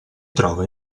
trova